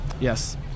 Yes